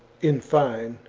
in fine,